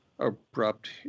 abrupt